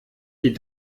die